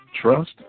trust